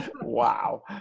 Wow